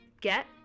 get